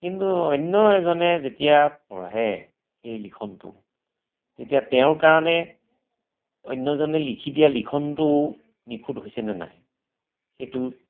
কিন্তু অন্য এজনে যেতিয়া পঢ়ে সেই লিখনটো তেতিয়া তেওঁৰ কাৰণে অন্যজনে লিখি দিয়া লিখনটো নিখুঁত হৈছেনে নাই সেইটো